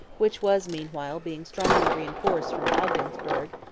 which was meanwhile being strongly reinforced from ogdensburg,